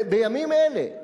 בימים אלה,